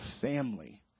family